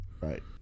Right